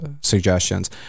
Suggestions